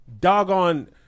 doggone